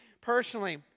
personally